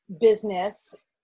business